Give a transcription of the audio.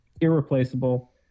irreplaceable